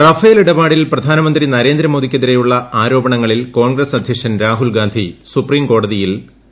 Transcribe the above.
Rafale ഇടപാട്ടിൽ പ്രധാനമന്ത്രി നരേന്ദ്രമോദിക്കെതിരെയുള്ള ആരോപണങ്ങളിൽ കോൺഗ്രസ് അധ്യക്ഷൻ രാഹുൽ ഗാന്ധി സുപ്രീംകോടതിയിൽ ഖേദം പ്രകടിപ്പിച്ചു